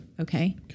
Okay